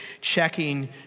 checking